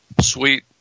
sweet